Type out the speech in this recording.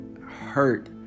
hurt